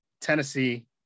Tennessee